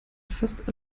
fast